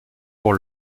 pour